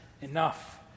enough